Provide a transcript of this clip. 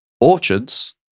Orchards